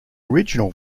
original